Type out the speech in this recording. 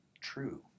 true